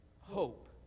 hope